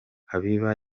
habiba